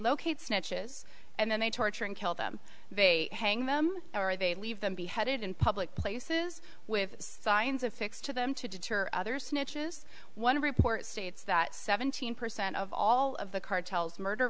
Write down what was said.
locate snitches and then they torture and kill them they hang them or they leave them beheaded in public places with signs of fix to them to deter others snitches one report states that seventeen percent of all of the cartels murder